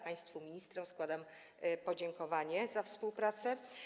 Państwu ministrom składam podziękowanie za współpracę.